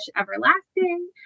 Everlasting